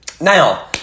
Now